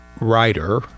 writer